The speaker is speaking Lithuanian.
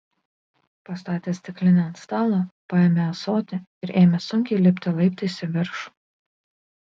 pastatęs stiklinę ant stalo paėmė ąsotį ir ėmė sunkiai lipti laiptais į viršų